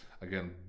again